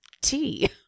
tea